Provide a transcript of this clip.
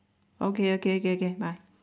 okay okay okay okay bye